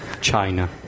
China